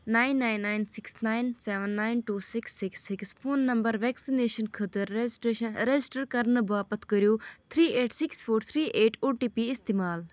nine nine nine six nine seven nine two six six six phone number vaccination خٲطرٕ registration register کَرنہٕ باپَتھ کٔرِو three eight six four three eight OTP اِستعمال